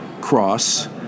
cross